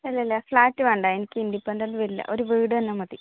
അല്ലല്ല ഫ്ലാറ്റ് വേണ്ട എനിക്ക് ഇൻ്റിപെൻ്റൻ്റ് വില്ല ഒരു വീട് തന്നെ മതി